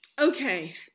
Okay